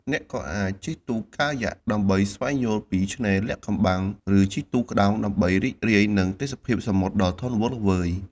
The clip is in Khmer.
អ្នកក៏អាច ជិះទូកកាយ៉ាក់ ដើម្បីស្វែងយល់ពីឆ្នេរលាក់កំបាំង ឬ ជិះទូកក្តោង ដើម្បីរីករាយនឹងទេសភាពសមុទ្រដ៏ធំល្វឹងល្វើយ។